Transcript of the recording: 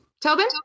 Tobin